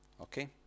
okay